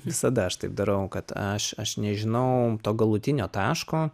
visada aš taip darau kad aš aš nežinau to galutinio taško